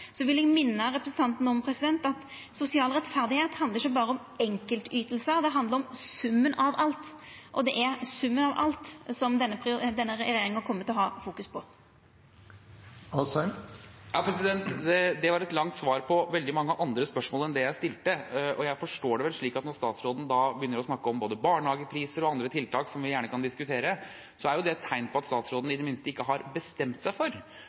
representanten om at sosial rettferd handlar ikkje berre om enkeltytingar. Det handlar om summen av alt. Og det er summen av alt denne regjeringa kjem til å fokusera på. Det var et langt svar på veldig mange andre spørsmål enn det jeg stilte, og jeg forstår det vel slik at når statsråden begynner å snakke om barnehagepriser og andre tiltak, som vi gjerne kan diskutere, er det et tegn på at statsråden i det minste ikke har bestemt seg for